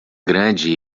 grande